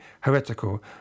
heretical